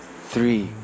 three